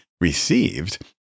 received